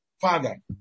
Father